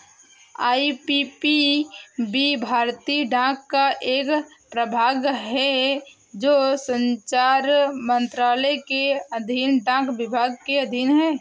IPPB भारतीय डाक का एक प्रभाग है जो संचार मंत्रालय के अधीन डाक विभाग के अधीन है